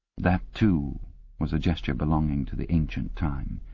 that too was a gesture belonging to the ancient time.